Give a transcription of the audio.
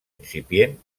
incipient